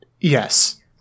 yes